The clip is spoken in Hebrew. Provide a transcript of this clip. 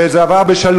וזה עבר בשלום,